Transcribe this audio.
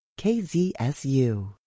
KZSU